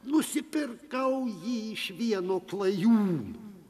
nusipirkau jį iš vieno klajūno